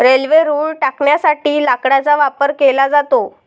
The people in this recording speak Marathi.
रेल्वे रुळ टाकण्यासाठी लाकडाचा वापर केला जातो